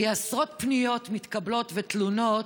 כי עשרות פניות מתקבלות, ותלונות,